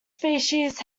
species